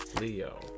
Leo